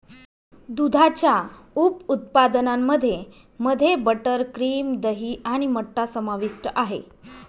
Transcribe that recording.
दुधाच्या उप उत्पादनांमध्ये मध्ये बटर, क्रीम, दही आणि मठ्ठा समाविष्ट आहे